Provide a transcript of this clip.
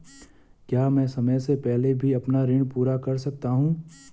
क्या मैं समय से पहले भी अपना ऋण पूरा कर सकता हूँ?